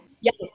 Yes